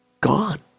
gone